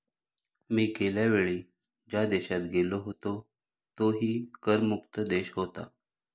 मी गेल्या वेळी ज्या देशात गेलो होतो तोही कर मुक्त देश होता